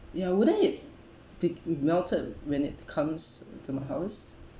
ya wouldn't it be melted when it comes to my house